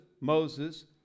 Moses